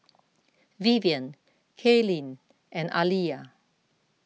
Vivian Kaylene and Aaliyah